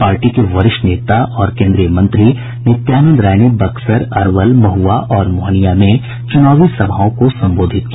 party के वरिष्ठ नेता और केन्द्रीय मंत्री नित्यानंद राय ने बक्सर अरवल महुआ और मोहनिया में चुनावी सभाओं को संबोधित किया